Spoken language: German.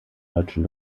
deutschen